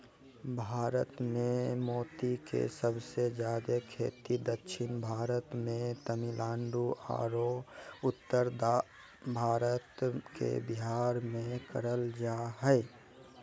भारत मे मोती के सबसे जादे खेती दक्षिण भारत मे तमिलनाडु आरो उत्तर भारत के बिहार मे करल जा हय